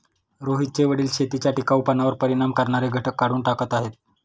रोहितचे वडील शेतीच्या टिकाऊपणावर परिणाम करणारे घटक काढून टाकत आहेत